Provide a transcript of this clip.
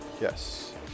Yes